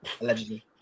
Allegedly